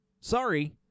Sorry